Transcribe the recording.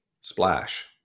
splash